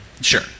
sure